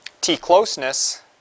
T-closeness